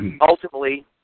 Ultimately